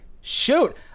Shoot